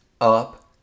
up